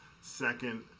second